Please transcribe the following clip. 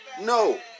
no